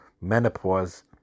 menopause